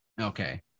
Okay